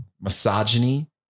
misogyny